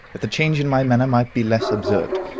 that the change in my manner might be less observed.